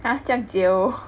!huh! 这样久